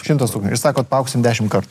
šimtas tūkstančių jūs sakot paaugsim dešim kartų